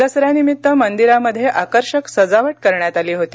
दसऱ्यानिमित्त मंदिरामध्ये आकर्षक सजावट करण्यात आली होती